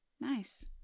Nice